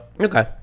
Okay